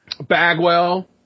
Bagwell